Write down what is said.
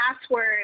password